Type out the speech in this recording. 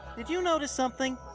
did you notice something?